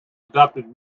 adopted